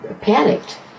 panicked